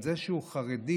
על זה שהוא חרדי,